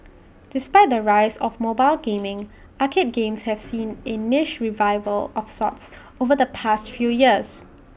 despite the rise of mobile gaming arcade games have seen A niche revival of sorts over the past few years